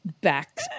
back